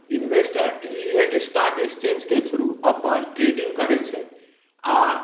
investor इएह stock एक्सचेन्जके through अपन ट्रेडिङ्ग करै छै आओर